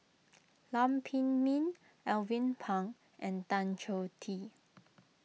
Lam Pin Min Alvin Pang and Tan Choh Tee